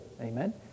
amen